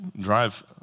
drive